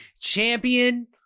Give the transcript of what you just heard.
champion